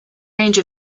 range